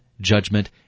judgment